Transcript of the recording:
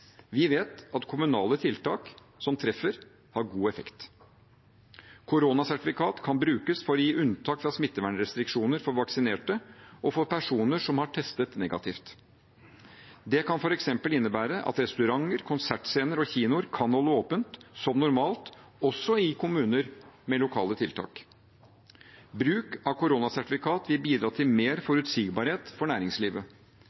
Vi vet at kommunale tiltak som treffer, har god effekt. Koronasertifikat kan brukes for å gi unntak fra smittevernrestriksjoner for vaksinerte og for personer som har testet negativt. Det kan f.eks. innebære at restauranter, konsertscener og kinoer kan holde åpent som normalt, også i kommuner med lokale tiltak. Bruk av koronasertifikat vil bidra til mer